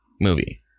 movie